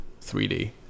3d